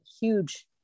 huge